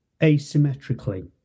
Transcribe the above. asymmetrically